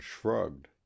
shrugged